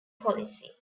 policy